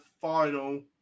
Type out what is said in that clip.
final